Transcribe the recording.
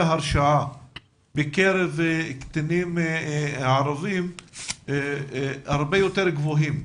הרשעה בקרב קטינים ערבים הם הרבה יותר גבוהים,